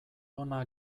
ona